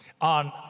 on